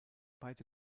beide